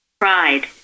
Pride